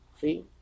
see